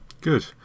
Good